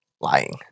Lying